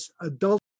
adult